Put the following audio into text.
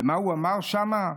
ומה הוא אמר שם?